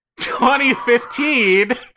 2015